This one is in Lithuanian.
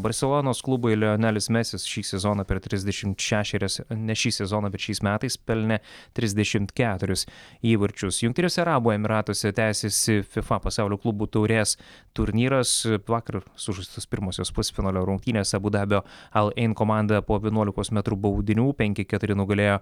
barselonos klubui lionelis mesis šį sezoną per trisdešimt šešerias ne šį sezoną bet šiais metais pelnė trisdešimt keturis įvarčius jungtiniuose arabų emyratuose tęsiasi fifa pasaulio klubų taurės turnyras vakar sužaistos pirmosios pusfinalio rungtynės abu dabio al ein komanda po vienuolikos metrų baudinių penki keturi nugalėjo